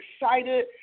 excited